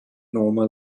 norma